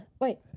Wait